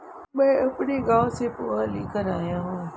मैं अपने गांव से पोहा लेकर आया हूं